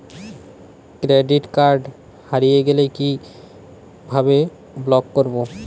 Credit card হারিয়ে গেলে কি ভাবে ব্লক করবো?